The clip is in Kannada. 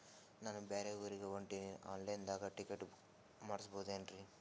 ನಾ ಬ್ಯಾರೆ ಊರಿಗೆ ಹೊಂಟಿನ್ರಿ ಆನ್ ಲೈನ್ ದಾಗ ಟಿಕೆಟ ಬುಕ್ಕ ಮಾಡಸ್ಬೋದೇನ್ರಿ?